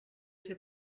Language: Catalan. fer